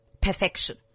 perfection